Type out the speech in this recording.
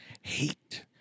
Hate